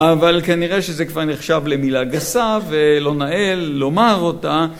אבל כנראה שזה כבר נחשב למילה גסה ולא נאה לומר אותה.